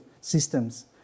systems